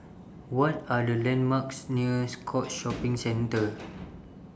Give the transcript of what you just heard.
What Are The landmarks near Scotts Shopping Centre